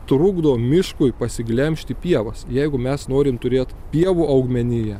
trukdo miškui pasiglemžti pievas jeigu mes norim turėt pievų augmeniją